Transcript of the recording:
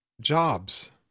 jobs